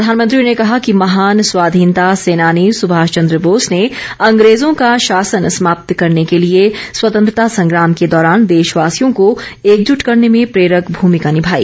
प्रधानमंत्री ने कहा कि महान स्वाधीनता सेनानी सुभाष चंद्र बोस ने अंग्रेजों का शासन समाप्त करने के लिए स्वतंत्रता संग्राम के दौरान देशवासियों को एकजुट करने में प्रेरक भूमिका निभाई